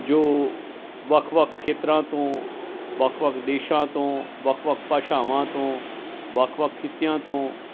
ਜੋ ਵੱਖ ਵੱਖ ਖੇਤਰਾਂ ਤੋਂ ਵੱਖ ਵੱਖ ਦੇਸ਼ਾਂ ਤੋਂ ਵੱਖ ਵੱਖ ਭਾਸ਼ਾਵਾਂ ਤੋਂ ਵੱਖ ਵੱਖ ਖਿੱਤਿਆਂ ਤੋਂ